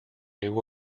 new